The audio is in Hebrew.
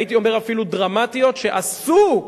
הייתי אומר אפילו דרמטיות, שעשו,